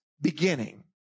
beginning